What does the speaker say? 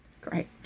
great